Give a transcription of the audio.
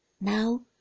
Now